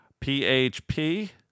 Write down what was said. PHP